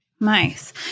Nice